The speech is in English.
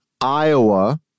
Iowa